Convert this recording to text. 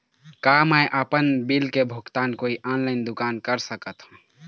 का मैं आपमन बिल के भुगतान कोई ऑनलाइन दुकान कर सकथों?